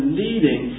leading